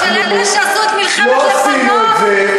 כדאי שתקשיבי, שאנחנו, אנחנו, לא עשינו את זה,